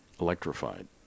electrified